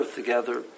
together